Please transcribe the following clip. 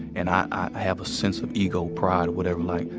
and i have a sense of ego, pride, whatever, like,